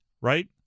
right